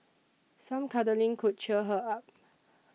some cuddling could cheer her up